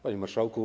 Panie Marszałku!